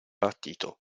partito